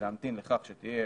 להמתין לכך שתהיה